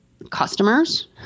Customers